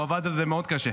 הוא עבד על זה מאוד קשה,